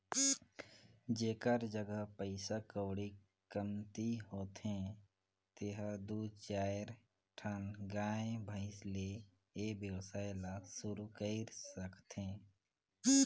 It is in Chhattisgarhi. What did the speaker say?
जेखर जघा पइसा कउड़ी कमती होथे तेहर दू चायर ठन गाय, भइसी ले ए वेवसाय ल सुरु कईर सकथे